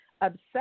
obsessed